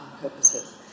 purposes